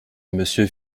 monsieur